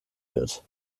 wird